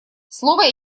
слово